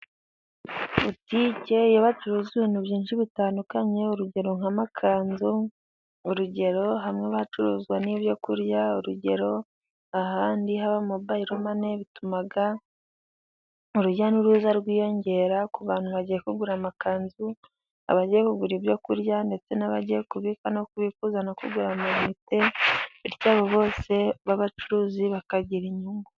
Butike iyo bacuruza ibintu byinshi bitandukanye， urugero nk’amakanzu，urugero， hamwe hacuruzwa n'ibyo kurya， urugero ahandi haba mobire mani， bituma urujya n'uruza rwiyongera ku bantu bagiye kugura amakanzu，abagiye kugura ibyo kurya，ndetse n'abagiye kubika no kubikuza， no kugura amayinite， bityo abo bose b’abacuruzi bakagira inyungu.